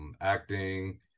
Acting